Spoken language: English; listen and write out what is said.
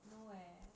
no eh